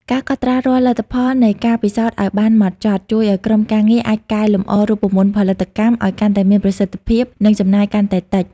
ការកត់ត្រារាល់លទ្ធផលនៃការពិសោធន៍ឱ្យបានហ្មត់ចត់ ជួយឱ្យក្រុមការងារអាចកែលម្អរូបមន្តផលិតកម្មឱ្យកាន់តែមានប្រសិទ្ធភាព និងចំណាយកាន់តែតិច។